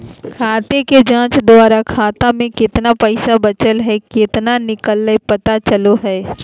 खाते के जांच द्वारा खाता में केतना पैसा बचल हइ केतना निकलय पता चलो हइ